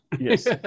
Yes